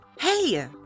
Hey